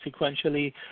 sequentially